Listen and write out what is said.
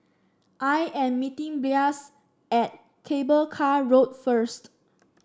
I am meeting Blas at Cable Car Road first